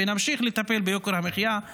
ונמשיך לטפל ביוקר המחיה.